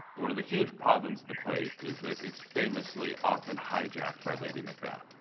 one of the huge problems of the play is that it's famously often hijacked by lady macbeth.